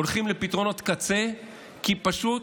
הולכים לפתרונות קצה כי פשוט